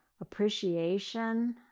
appreciation